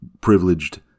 privileged